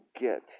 get